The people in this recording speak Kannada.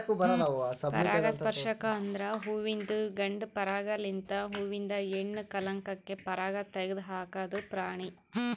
ಪರಾಗಸ್ಪರ್ಶಕ ಅಂದುರ್ ಹುವಿಂದು ಗಂಡ ಪರಾಗ ಲಿಂತ್ ಹೂವಿಂದ ಹೆಣ್ಣ ಕಲಂಕಕ್ಕೆ ಪರಾಗ ತೆಗದ್ ಹಾಕದ್ ಪ್ರಾಣಿ